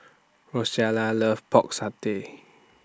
Rosella loves Pork Satay